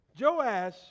Joash